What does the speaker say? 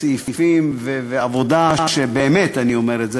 סעיפים, ועם עבודה, באמת אני אומר את זה,